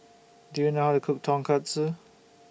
Do YOU know How to Cook Tonkatsu